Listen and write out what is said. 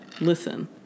Listen